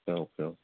okay okay okay